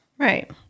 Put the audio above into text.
Right